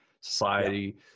society